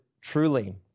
Truly